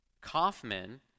Kaufman